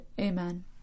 Amen